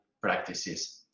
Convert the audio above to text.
practices